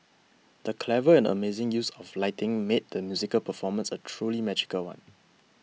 the clever and amazing use of lighting made the musical performance a truly magical one